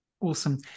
Awesome